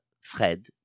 Fred